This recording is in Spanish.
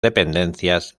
dependencias